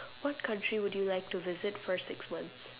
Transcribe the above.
what country would you like to visit for six months